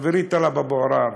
חברי טלב אבו-עראר,